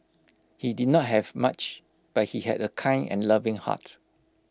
he did not have much but he had A kind and loving heart